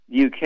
UK